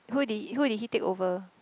who did who did he take over